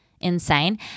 insane